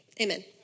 amen